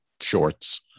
shorts